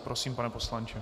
Prosím, pane poslanče.